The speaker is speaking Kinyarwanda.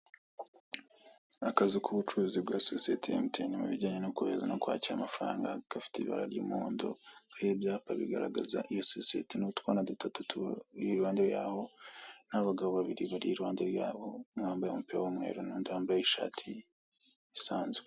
Akazu k'ubucuruzi bwa sosiyete ya MTN mu bijyanye no kohereza no kwakira amafaranga gafite ibara ry'umuhondo kariho ibyapa bigaragaza iyo sosiyete n'utwana duto tw'utubo iruhande yaho n'abagabo babiri bari iruhande yako umwe wambaye umupira w'umuhondo n'undi wambaye ishati isanzwe.